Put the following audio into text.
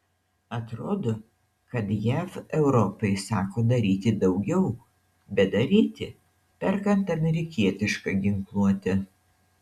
atrodo kad jav europai sako daryti daugiau bet daryti perkant amerikietišką ginkluotę